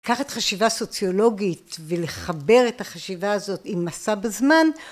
לקחת חשיבה סוציולוגית ולחבר את החשיבה הזאת עם מסע בזמן